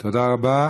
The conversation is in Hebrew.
תודה רבה.